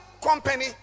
company